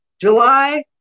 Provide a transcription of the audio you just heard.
July